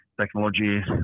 technology